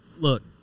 look